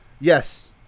Yes